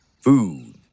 Food